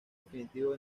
distintivo